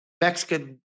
Mexican